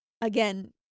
again